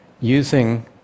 using